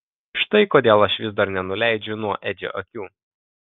štai kodėl aš vis dar nenuleidžiu nuo edžio akių